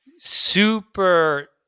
super